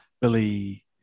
Billy